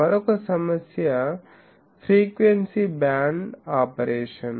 మరొక సమస్య frequency band operation